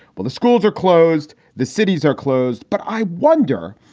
well, the schools are closed. the cities are closed. but i wonder,